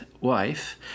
wife